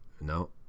No